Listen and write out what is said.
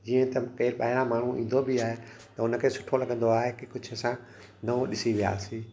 जीअं त केरु ॿाहिरां माण्हू ईंदो बि आहे त उन खे सुठो लॻंदो आहे की कुझु असां नओं ॾिसी वियासीं